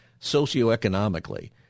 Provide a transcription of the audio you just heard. socioeconomically